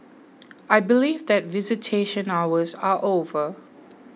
I believe that visitation hours are over